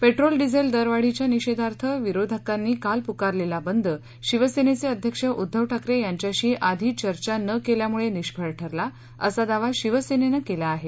petrol diesel दरवाढीच्या निषेधार्थ विरोधकांनी काल पुकारलेला बंद शिवसेनेचे अध्यक्ष उद्दव ठाकरे यांच्याशी आधी चर्चा न केल्यामुळे निष्फळ ठरला असा दावा शिवसेनेनं केला आहे